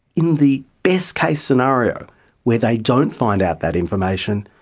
in the best case scenario where they don't find out that information,